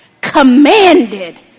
commanded